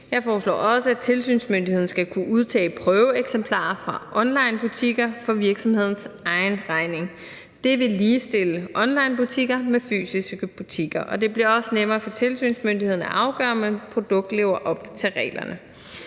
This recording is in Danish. Jeg foreslår også, at tilsynsmyndigheden skal kunne udtage prøveeksemplarer fra onlinebutikker for virksomhedens egen regning. Det vil ligestille onlinebutikker med fysiske butikker, og det bliver også nemmere for tilsynsmyndigheden at afgøre, om et produkt lever op til reglerne.